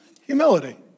Humility